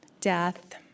death